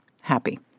happy